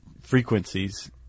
frequencies